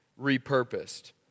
repurposed